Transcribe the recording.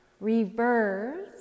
reverse